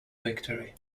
victory